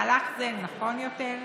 מהלך זה נכון יותר,